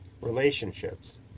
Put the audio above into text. Relationships